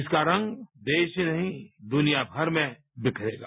इसका रंग देश ही नहीं दुनिया भर में विखरेगा